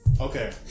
okay